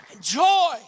Joy